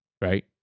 Right